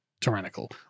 tyrannical